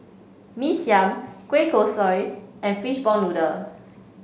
Mee Siam Kueh Kosui and Fishball Noodle